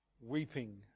weeping